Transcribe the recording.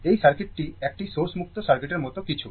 এই সার্কিটটি একটি সোর্স মুক্ত সার্কিটের মতো কিছু